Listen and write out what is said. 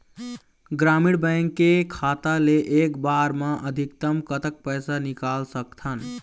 ग्रामीण बैंक के खाता ले एक बार मा अधिकतम कतक पैसा निकाल सकथन?